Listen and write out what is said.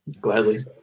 Gladly